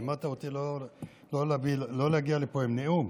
לימדת אותי לא להגיע לפה עם נאום,